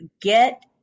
Get